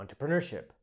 entrepreneurship